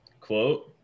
quote